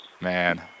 Man